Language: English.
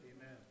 Amen